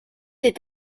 des